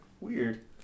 Weird